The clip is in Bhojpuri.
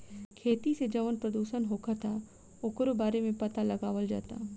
खेती से जवन प्रदूषण होखता ओकरो बारे में पाता लगावल जाता